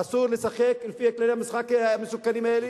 אסור לשחק לפי כללי המשחק המסוכנים האלה.